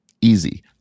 Easy